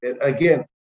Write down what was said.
again